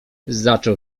zaczął